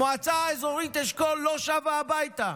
המועצה האזורית אשכול לא שבה הביתה.